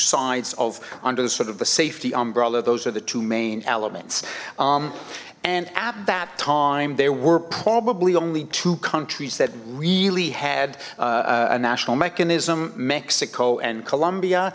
sides of under the sort of a safety umbrella those are the two main elements and at that time there were probably only two countries that really had a national mechanism mexico and colombia